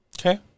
Okay